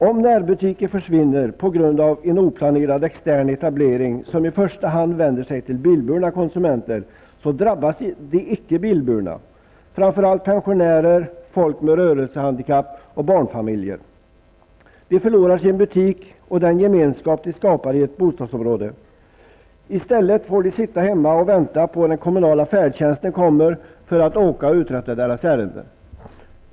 Om närbutiker försvinner på grund av en oplanerad extern etablering som i första hand vänder sig till bilburna konsumenter, drabbas de icke bilburna -- framför allt pensionärer och folk med rörelsehandikapp samt barnfamiljer. De förlorar sin butik och den gemenskap den skapar i ett bostadsområde. I stället får de sitta hemma och vänta på att den kommunala hemtjänsten kommer för att åka och uträtta deras ärenden.